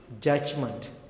judgment